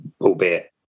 albeit